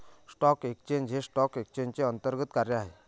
stock exchange हे stock एक्सचेंजचे अंतर्गत कार्य आहे